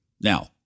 Now